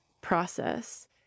process